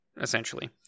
essentially